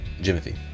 Jimothy